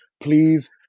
please